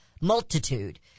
multitude